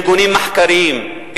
ארגונים מחקריים,